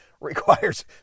requires